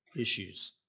issues